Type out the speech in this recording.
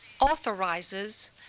authorizes